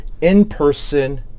in-person